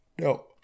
No